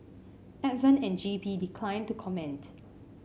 advent and G P declined to comment